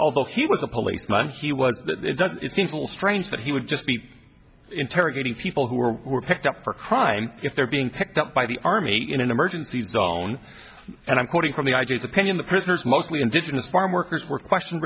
although he was a policeman he was that it does seem a little strange that he would just be interrogating people who were picked up for crime if they're being picked up by the army in an emergency zone and i'm quoting from the ideas opinion the prisoners mostly indigenous farmworkers were question